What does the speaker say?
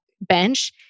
bench